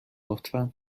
لطفا